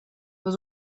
was